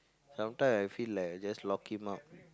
sometimes I feel like I just lock him up